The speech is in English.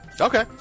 Okay